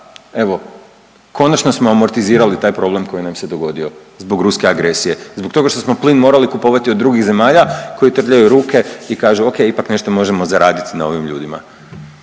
evo konačno smo amortizirali taj problem koji nam se dogodio zbog ruske agresije, zbog toga što smo plin morali kupovati od drugih zemalja koji trljaju ruke i kažu o.k. ipak nešto možemo zaraditi na ovim ljudima.